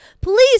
Please